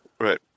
Right